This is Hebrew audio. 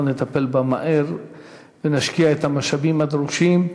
נטפל בה מהר ונשקיע את המשאבים הדרושים.